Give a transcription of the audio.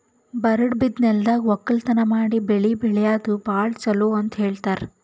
ಬರಡ್ ಬಿದ್ದ ನೆಲ್ದಾಗ ವಕ್ಕಲತನ್ ಮಾಡಿ ಬೆಳಿ ಬೆಳ್ಯಾದು ಭಾಳ್ ಚೊಲೋ ಅಂತ ಹೇಳ್ತಾರ್